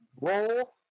Roll